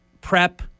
prep